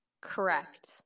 Correct